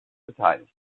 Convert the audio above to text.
beteiligt